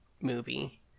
movie